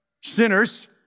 sinners